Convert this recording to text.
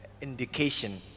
indication